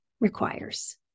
requires